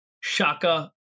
shaka